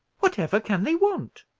whatever can they want?